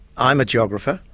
i'm a geographer,